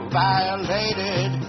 violated